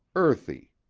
earthy.